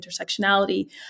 intersectionality